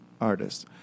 artists